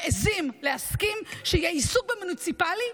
מעיזים להסכים שיהיה עיסוק במוניציפלי,